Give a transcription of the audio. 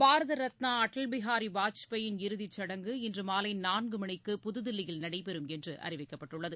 பாரத ரத்னா அடல் பிகாரி வாஜ்பாயின் இறுதி சுடங்கு இன்று மாலை நான்கு மணிக்கு புதுதில்லியில் நடைபெறும் என்று அறிவிக்கப்பட்டுள்ளது